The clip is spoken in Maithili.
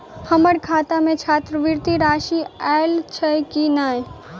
हम्मर खाता मे छात्रवृति राशि आइल छैय की नै?